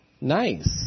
nice